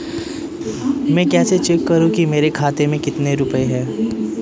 मैं कैसे चेक करूं कि मेरे खाते में कितने रुपए हैं?